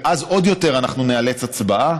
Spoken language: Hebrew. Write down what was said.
ואז, עוד יותר אנחנו נאלץ הצבעה.